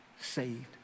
saved